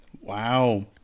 Wow